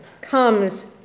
comes